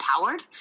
Empowered